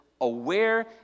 aware